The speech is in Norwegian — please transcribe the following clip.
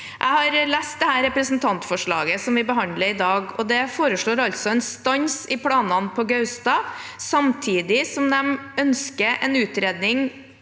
Jeg har lest dette representantforslaget som vi behandler i dag, og det foreslår altså en stans i planene på Gaustad samtidig som man ønsker en utredning